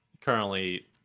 currently